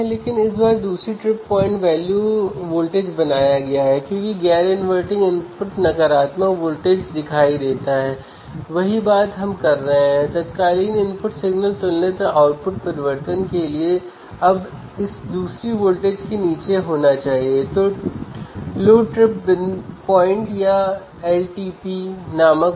यदि ऐसा है तो इंस्ट्रूमेंटेशन एम्पलीफायर एक अत्यंत महत्वपूर्ण सर्किट है ठीक है